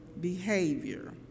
behavior